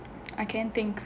I can't think